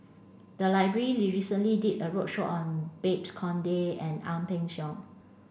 the library recently did a roadshow on Babes Conde and Ang Peng Siong